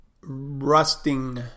rusting